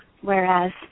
whereas